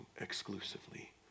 exclusively